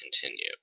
continue